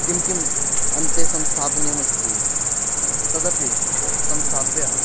किं किम् अन्ते संस्थापनीयमस्ति तदपि संस्थाप्य